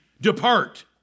Depart